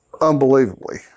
unbelievably